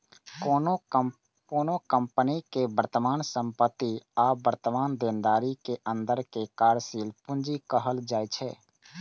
कोनो कंपनी के वर्तमान संपत्ति आ वर्तमान देनदारी के अंतर कें कार्यशील पूंजी कहल जाइ छै